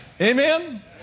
Amen